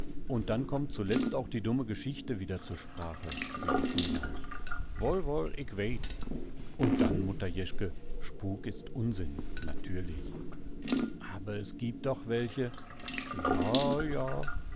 und dann kommt zuletzt auch die dumme geschichte wieder zur sprache sie wissen ja woll woll ick weet und dann mutter jeschke spuk ist unsinn natürlich aber es giebt doch welche joa joa